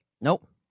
Nope